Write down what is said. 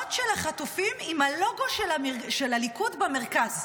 תמונות של החטופים עם הלוגו של הליכוד במרכז.